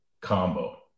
combo